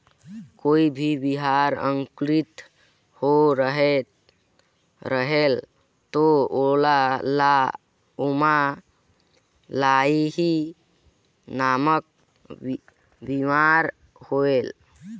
कोई भी बिहान अंकुरित होत रेहेल तब ओमा लाही नामक बिमारी होयल?